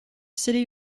city